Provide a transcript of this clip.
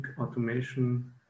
automation